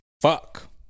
Fuck